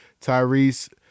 Tyrese